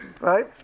Right